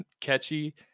catchy